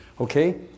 Okay